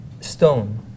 Stone